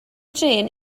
trên